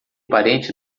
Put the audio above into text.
parente